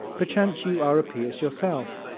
perchance you are a pierce yourself,